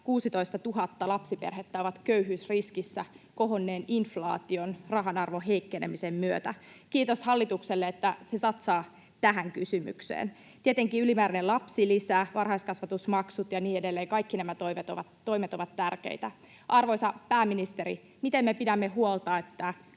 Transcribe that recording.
16 000 lapsiperhettä on köyhyysriskissä kohonneen inflaation, rahanarvon heikkenemisen myötä. Kiitos hallitukselle, että se satsaa tähän kysymykseen. Tietenkin ylimääräinen lapsilisä, varhaiskasvatusmaksut ja niin edelleen, kaikki nämä toimet ovat tärkeitä. Arvoisa pääministeri: miten me pidämme huolta,